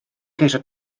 ceisio